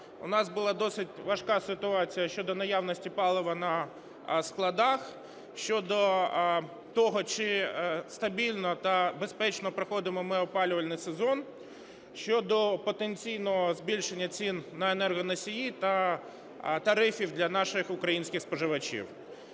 у нас була досить важка ситуація щодо наявності палива на складах, щодо того, чи стабільно та безпечно проходимо ми опалювальний сезон, щодо потенційного збільшення цін на енергоносії та тарифи для наших українських споживачів.